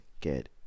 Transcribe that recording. get